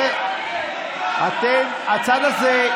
הצד הזה,